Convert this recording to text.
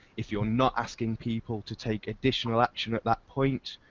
if you're not asking people to take additional action at that point,